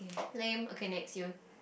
lame okay next you